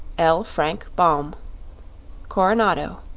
l. frank baum coronado,